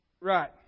right